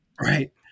Right